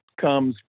comes